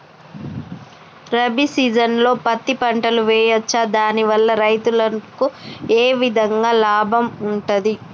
రబీ సీజన్లో పత్తి పంటలు వేయచ్చా దాని వల్ల రైతులకు ఏ విధంగా లాభం ఉంటది?